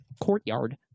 courtyard